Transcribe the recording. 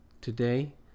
today